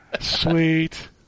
Sweet